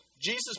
Jesus